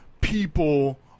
people